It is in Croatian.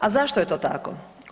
A zašto je to tako?